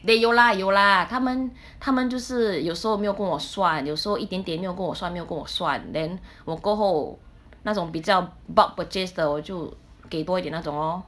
they 有啦有啦他们他们就是有时候没有跟我算有时候一点点没有跟我算没有跟我算 then 我过后那种比较 bulk purchase 的我就给多一点那种哦